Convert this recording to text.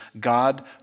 God